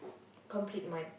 complete my